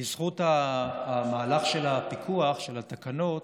בזכות המהלך של הפיקוח, של התקנות,